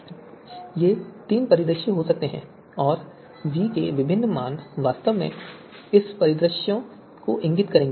तो ये तीन परिदृश्य हो सकते हैं और v के विभिन्न मान वास्तव में इन परिदृश्यों को इंगित करेंगे